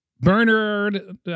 Bernard